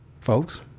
folks